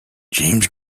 james